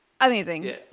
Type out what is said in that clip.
Amazing